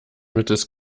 mittels